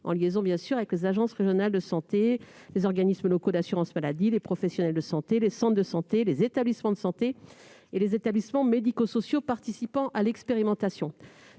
en liaison avec les agences régionales de santé, les organismes locaux d'assurance maladie, les professionnels de santé, les centres de santé, les établissements de santé et les établissements médico-sociaux participant à l'expérimentation.